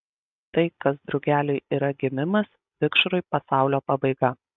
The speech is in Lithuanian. tai kas drugeliui yra gimimas vikšrui pasaulio pabaiga